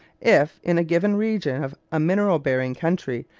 if, in a given region of a mineral-bearing country,